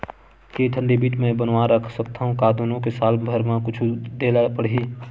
के ठन डेबिट मैं बनवा रख सकथव? का दुनो के साल भर मा कुछ दे ला पड़ही?